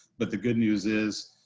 but the good news is,